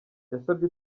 yasabye